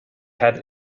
had